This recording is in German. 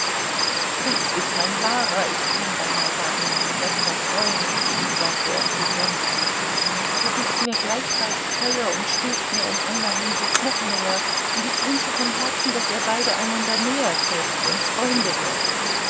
das ist mein wahrer ich kann beinah sagen mein bester freund sagte er zu wronski du bist mir gleichfalls teuer und stehst mir in einer hinsicht noch näher und ich wünsche von herzen daß ihr beide einander nähertretet und freunde werdet